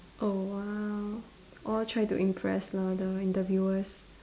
oh !wow! all try to impress lah the interviewers